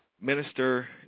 Minister